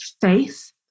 faith